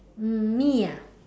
um me ah